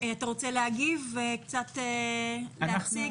אתה רוצה להגיב ולהציג את הדברים?